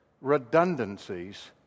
redundancies